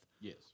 Yes